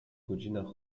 godzinach